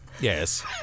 yes